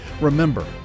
Remember